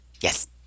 Yes